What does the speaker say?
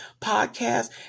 podcast